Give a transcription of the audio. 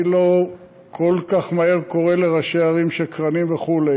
אני לא כל כך מהר קורא לראשי ערים שקרנים וכו',